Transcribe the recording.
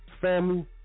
family